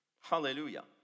Hallelujah